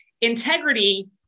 Integrity